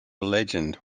legend